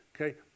Okay